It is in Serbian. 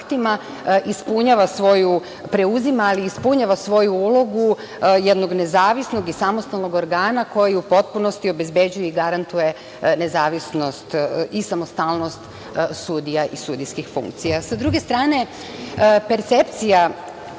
i svojim aktima preuzima ali i ispunjava svoju ulogu jednog nezavisnog i samostalnog organa koji u potpunosti obezbeđuje i garantuje nezavisnost i samostalnost sudija i sudijskih funkcija. Sa druge strane, percepcija